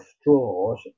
straws